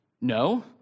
No